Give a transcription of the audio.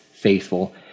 faithful